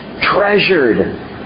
treasured